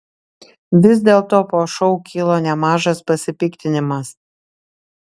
vis dėlto po šou kilo nemažas pasipiktinimas